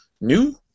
new